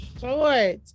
short